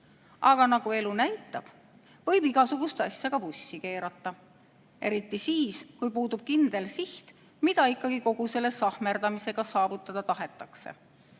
Aga nagu elu näitab, võib igasugust asja ka vussi keerata, eriti siis, kui puudub kindel siht, mida ikkagi kogu selle sahmerdamisega saavutada tahetakse.